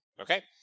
Okay